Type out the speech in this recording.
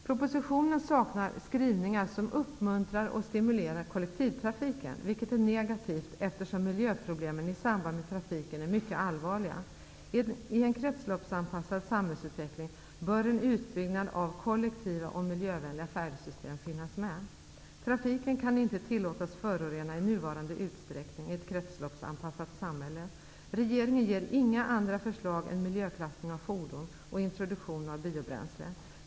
Propositionen saknar skrivningar som uppmuntrar och stimulerar kollektivtrafiken, vilket är negativt, eftersom miljöproblemen i samband med trafiken är mycket allvarliga. I en kretsloppsanpassad samhällsutveckling bör en utbyggnad av kollektiva och miljövänliga färdsystem finnas med. Trafiken kan inte tillåtas förorena i nuvarande utsträckning i ett kretsloppsanpassat samhälle. Regeringen ger inga andra förslag än miljöklassning av fordon och introduktion av biobränsle.